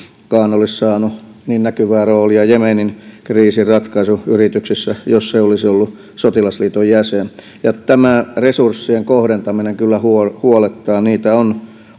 olisi saanut niin näkyvää roolia jemenin kriisin ratkaisuyrityksissä jos se olisi ollut sotilasliiton jäsen ja tämä resurssien kohdentaminen kyllä huolettaa huolettaa niitä on